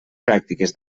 pràctiques